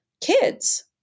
kids